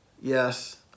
yes